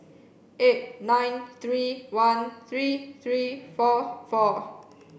eight nine three one three three four four